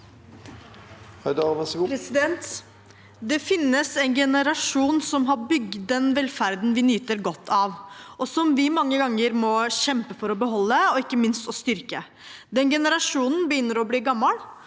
Det finnes en genera- sjon som har bygd den velferden vi nyter godt av, og som vi mange ganger må kjempe for å beholde og ikke minst styrke. Den generasjonen begynner å bli gammel,